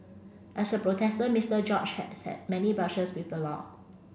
as a protester Mister George has had many brushes with the law